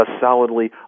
solidly